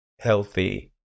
healthy